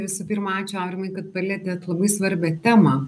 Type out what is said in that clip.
visų pirma ačiū aurimai kad palietėt labai svarbią temą